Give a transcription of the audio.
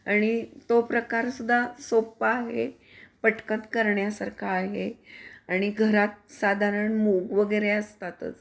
आणि तो प्रकार सुद्धा सोपा आहे पटकन करण्यासारखा आहे आणि घरात साधारण मूग वगैरे असतातच